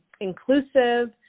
inclusive